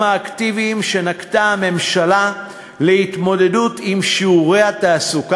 האקטיביים שנקטה הממשלה להתמודדות עם שיעורי האבטלה.